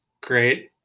great